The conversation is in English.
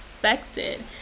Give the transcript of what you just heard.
Expected